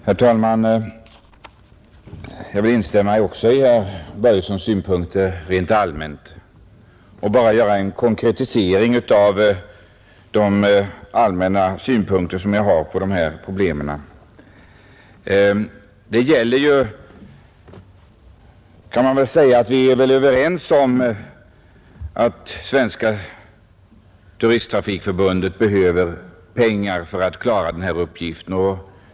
Herr talman! Även jag vill helt allmänt instämma i herr Börjessons i Bidrag till Svenska Glömminge synpunkter, och jag skall här bara göra en konkretisering av — turisttrafikförbunde allmänna synpunkter som jag har på dessa problem. det Vi är väl överens om att Svenska turisttrafikförbundet behöver pengar för att klara sina uppgifter.